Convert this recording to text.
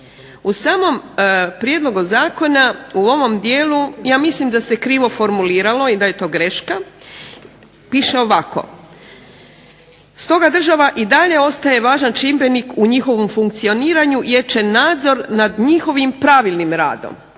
U samom prijedlogu zakona u ovom dijelu ja mislim da se krivo formuliralo i da je to greška. Piše ovako. Stoga država i dalje ostaje važan čimbenik u njihovom funkcioniranju, jer će nadzor nad njihovim pravilnim radom.